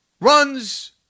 runs